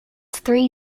three